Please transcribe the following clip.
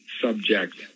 subject